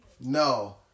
No